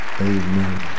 Amen